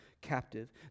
captive